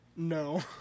No